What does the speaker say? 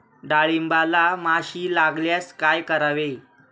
डाळींबाला माशी लागल्यास काय करावे?